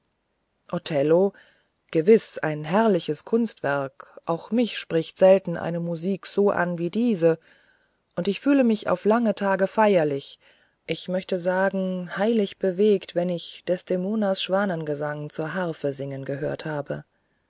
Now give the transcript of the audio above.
gewiß ein herrliches kunstwerk auch mich spricht selten eine musik so an wie diese und ich fühle mich auf lange tage feierlich ich möchte sagen heilig bewegt wenn ich desdemonas schwanengesang zur harfe singen gehört habe